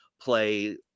play